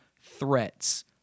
threats